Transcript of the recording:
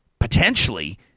Potentially